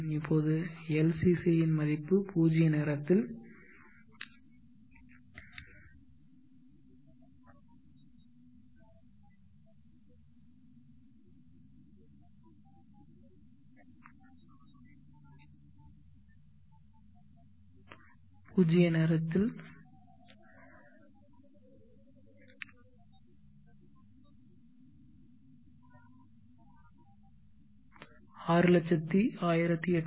இப்போது LCC மதிப்பு பூஜ்ஜிய நேரத்தில் 601848 0